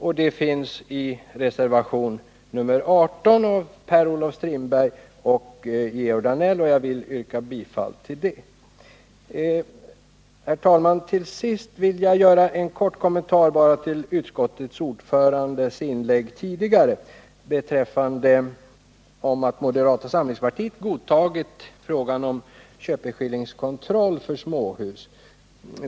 Det förslaget framförs också i reservation nr 18 av Per-Olof Strindberg och Georg Danell, och jag vill yrka bifall till den. Herr talman! Till sist vill jag göra en kort kommentar till det uttalande som gjordes tidigare av utskottets ordförande om att moderata samlingspartiet godtagit köpeskillingskontroll för småhus.